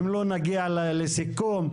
אם לא נגיע לסיכום.